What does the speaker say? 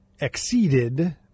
exceeded